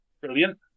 brilliant